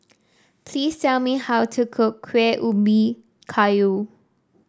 please tell me how to cook Kueh Ubi Kayu